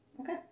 Okay